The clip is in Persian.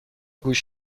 گوش